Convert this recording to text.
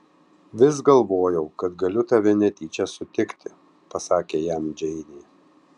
vis galvojau kad galiu tave netyčia sutikti pasakė jam džeinė